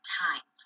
time